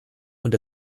und